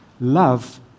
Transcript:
Love